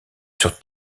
sur